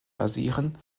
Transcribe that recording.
basieren